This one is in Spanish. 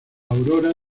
aurora